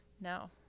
No